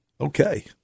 Okay